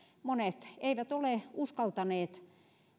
monet eivät ole uskaltaneet